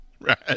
right